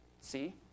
see